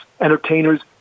entertainers